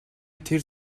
тэр